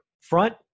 front